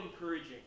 encouraging